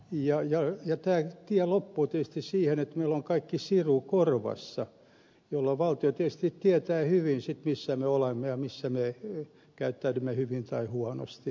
tämä tie loppuu tietysti siihen että meillä on kaikilla siru korvassa jolloin valtio tietysti tietää hyvin missä me olemme ja missä me käyttäydymme hyvin tai huonosti